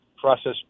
process